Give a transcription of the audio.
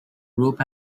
group